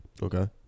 Okay